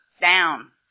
down